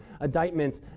indictments